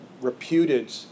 reputed